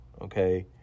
Okay